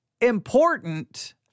important